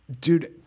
dude